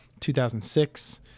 2006